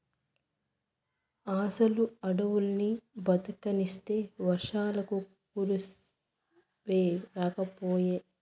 అసలు అడవుల్ని బతకనిస్తే వర్షాలకు కరువే రాకపాయే